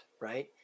right